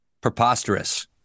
preposterous